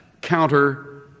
counter